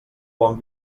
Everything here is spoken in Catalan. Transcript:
bon